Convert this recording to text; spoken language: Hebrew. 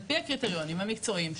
על פי הקריטריונים המקצועיים,